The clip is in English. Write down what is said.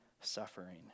suffering